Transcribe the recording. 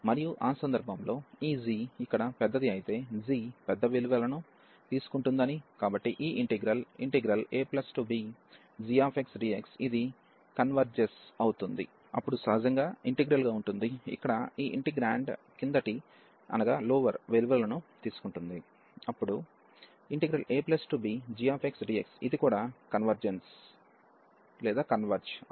మరియు ఆ సందర్భంలో ఈ g ఇక్కడ పెద్దది అయితే g పెద్ద విలువలను తీసుకుంటుందని కాబట్టి ఈ ఇంటిగ్రల్ abgxdx ఇది కన్వెర్జెస్ అవుతుంది అప్పుడు సహజంగా ఇంటిగ్రల్ గా ఉంటుంది ఇక్కడ ఈ ఇంటెగ్రాండ్ కిందటి విలువలను తీసుకుంటుంది అప్పుడు abgxdxఇది కూడా కన్వెర్జెన్స్ అవుతుంది